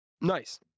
Nice